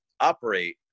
operate